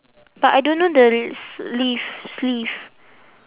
but I don't know the sleeve sleeve